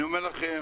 אני אומר לכם,